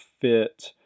fit